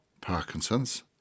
Parkinson's